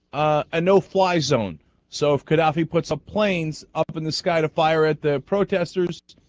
a no-fly zone so if qaddafi put some planes up in this kind of fire at that protesters